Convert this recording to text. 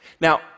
Now